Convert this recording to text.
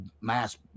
mass